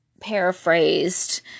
paraphrased